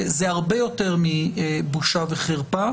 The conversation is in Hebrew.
זה הרבה יותר מבושה וחרפה.